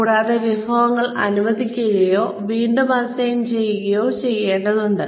കൂടാതെ വിഭവങ്ങൾ അനുവദിക്കുകയോ വീണ്ടും അസൈൻ ചെയ്യുകയോ ചെയ്യേണ്ടതുണ്ട്